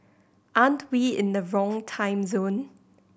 aren't we in the wrong time zone